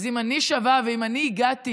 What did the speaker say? אז אם אני שווה ואם אני הגעתי,